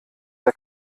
der